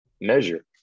measure